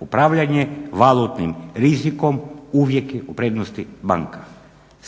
Upravljanje valutnim rizikom uvijek je u prednosti banka.